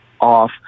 off